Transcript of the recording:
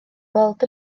gweld